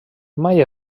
mai